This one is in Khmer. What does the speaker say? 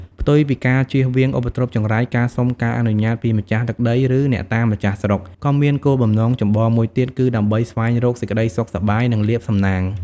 ផ្ទុយពីការជៀសវាងឧបទ្រពចង្រៃ ការសុំការអនុញ្ញាតពីម្ចាស់ទឹកដី ឬអ្នកតាម្ចាស់ស្រុក ក៏មានគោលបំណងចម្បងមួយទៀតគឺដើម្បីស្វែងរកសេចក្តីសុខសប្បាយ និងលាភសំណាង។